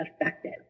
effective